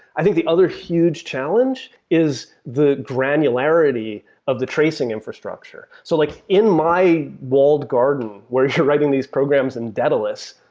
i think the other huge challenge is the granularity of the tracing infrastructure. so like in my walled garden where you're writing these programs and data lists,